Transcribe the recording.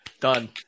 done